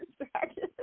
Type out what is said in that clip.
distracted